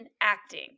acting